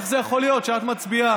איך זה יכול להיות שאת מצביעה?